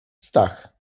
stach